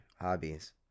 hobbies